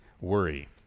worry